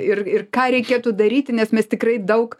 ir ir ką reikėtų daryti nes mes tikrai daug